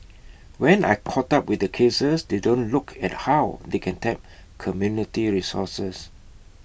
when I caught up with their cases they don't look at how they can tap community resources